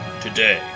today